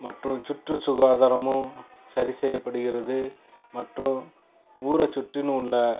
மற்றொரு சுற்று சுகாதாரமும் சரி செய்யபடுகிறது மற்றும் ஊரை சுற்றிலும் உள்ள